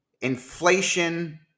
inflation